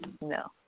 no